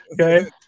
Okay